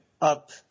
up